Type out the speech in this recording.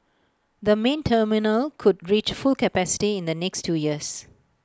the main terminal could reach full capacity in the next two years